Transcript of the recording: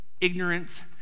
ignorant